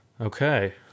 Okay